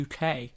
UK